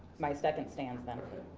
my second stands then.